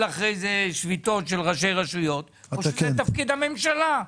אחרי זה שביתות של ראשי רשויות או שזה תפקיד הממשלה?